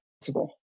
possible